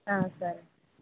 ఆ సరే